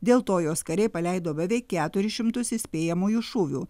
dėl to jos kariai paleido beveik keturis šimtus įspėjamųjų šūvių